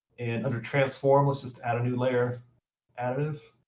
and under transform, let's just add a new layer additive.